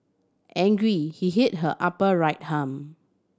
angry he hit her upper right arm